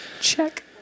Check